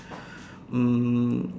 um